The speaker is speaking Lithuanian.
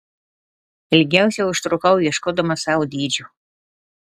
ilgiausiai užtrukau ieškodama savo dydžių